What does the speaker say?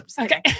Okay